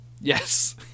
Yes